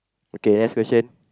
okay next question